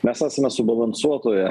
mes esame subalansuotoje